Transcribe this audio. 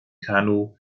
kanu